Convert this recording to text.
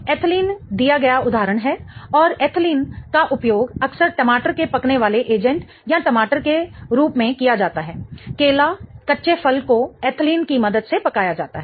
ethylene दिया गया उदाहरण है और एथिलीन का उपयोग अक्सर टमाटर के पकने वाले एजेंट या टमाटर के रूप में किया जाता है केला कच्चे फल को एथिलीन की मदद से पकाया जाता है